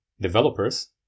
developers